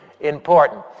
important